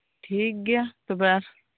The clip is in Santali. ᱴᱷᱤᱠ ᱜᱮᱭᱟ ᱛᱚᱵᱮ ᱟᱨ